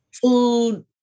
food